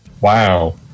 wow